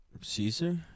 Caesar